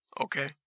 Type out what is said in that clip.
Okay